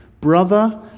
Brother